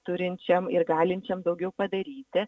turinčiam ir galinčiam daugiau padaryti